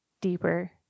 deeper